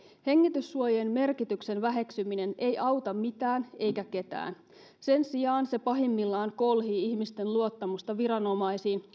hengityssuojien merkityksen väheksyminen ei auta mitään eikä ketään sen sijaan se pahimmillaan kolhii ihmisten luottamusta viranomaisiin